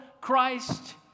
Christ